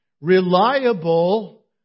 reliable